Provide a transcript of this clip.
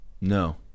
No